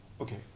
okay